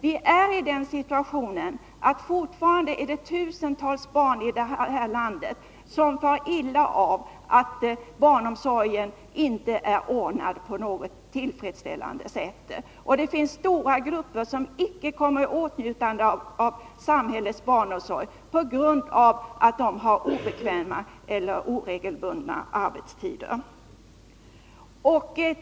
Vi är i den situationen att det fortfarande är tusentals barn i det här landet som far illa på grund av att barnomsorgen inte är ordnad på ett tillfredsställande sätt. Det finns stora grupper som icke kommer i åtnjutande av samhällets barnomsorg på grund av att de har obekväma eller oregelbundna arbetstider.